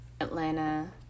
Atlanta